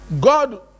God